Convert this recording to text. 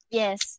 yes